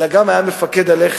אלא גם היה מפקד הלח"י,